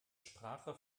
sprache